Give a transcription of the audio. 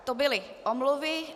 To byly omluvy.